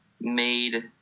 made